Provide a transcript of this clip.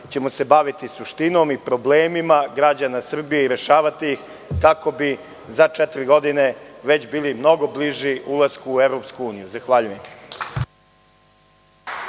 ćemo se baviti suštinom i problemima građana Srbije i rešavati ih, kako bi za četiri godine već bili mnogo bliži ulasku u EU. Zahvaljujem.